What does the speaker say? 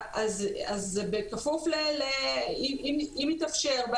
זה בכפוף לאם יתאפשר.